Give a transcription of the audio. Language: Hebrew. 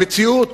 המציאות